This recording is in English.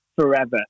forever